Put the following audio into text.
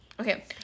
okay